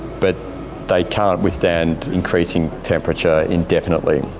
but they can't withstand increasing temperature indefinitely.